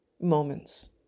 moments